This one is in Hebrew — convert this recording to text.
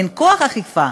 אין כוח אכיפה,